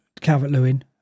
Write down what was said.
Calvert-Lewin